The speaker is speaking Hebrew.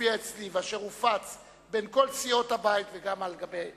המופיע אצלי ואשר הופץ בין כל סיעות הבית וגם על גבי המסך,